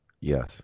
Yes